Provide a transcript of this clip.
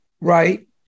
right